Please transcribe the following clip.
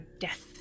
death